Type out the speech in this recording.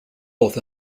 both